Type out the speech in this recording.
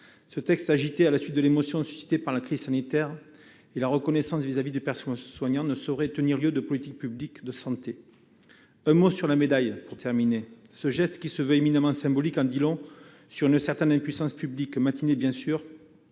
Ce texte, agité à la suite de l'émotion suscitée par la crise sanitaire et de la reconnaissance vis-à-vis du personnel soignant, ne saurait tenir lieu de politique publique de santé. J'ajouterai un mot sur la médaille. Ce geste, qui se veut éminemment symbolique, en dit long sur une certaine impuissance publique mâtinée, bien sûr,